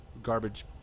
Garbage